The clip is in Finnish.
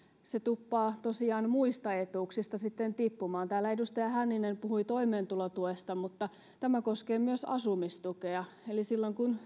se tuppaa tosiaan muista etuuksista sitten tippumaan täällä edustaja hänninen puhui toimeentulotuesta mutta tämä koskee myös asumistukea eli silloin kun